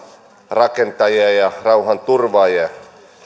rakentajia ja rauhanturvaajia